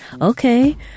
Okay